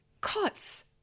cots